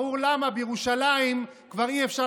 ברור למה בירושלים כבר אי-אפשר